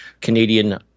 Canadian